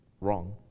wrong